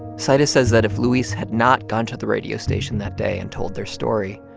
zaida says that if luis had not gone to the radio station that day and told their story,